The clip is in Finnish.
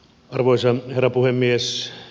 arvoisa herra puhemies